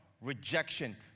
Rejection